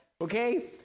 okay